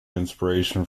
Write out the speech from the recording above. inspiration